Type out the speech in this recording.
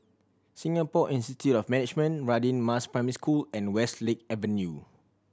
Singapore Institute of Management Radin Mas Primary School and Westlake Avenue